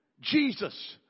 Jesus